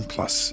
Plus